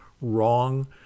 wrong